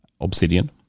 Obsidian